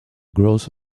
gross